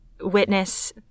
witness